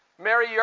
Mary